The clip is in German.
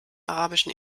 arabischen